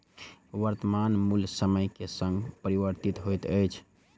वर्त्तमान मूल्य समय के संग परिवर्तित होइत अछि